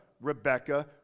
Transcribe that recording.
Rebecca